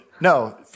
No